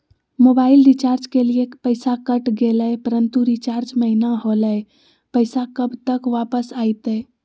Mobile recharge के लिए पैसा कट गेलैय परंतु रिचार्ज महिना होलैय, पैसा कब तक वापस आयते?